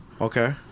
Okay